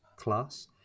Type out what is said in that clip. class